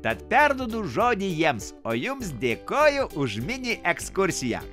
tad perduodu žodį jiems o jums dėkoju už mini ekskursiją